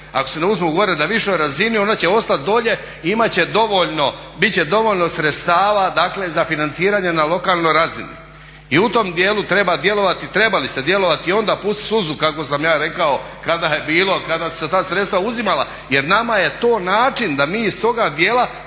ako se ne uzmu gore na nižoj razini ona će ostati dolje i imati će dovoljno, biti će dovoljno sredstava dakle za financiranje na lokalnoj razini. I u tom dijelu treba djelovati i trebali ste djelovati i onda pustiti suzu kako sam ja rekao kada je bilo, kada su se ta sredstva uzimala. Jer nama je to način da mi iz toga dijela